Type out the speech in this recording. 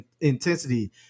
intensity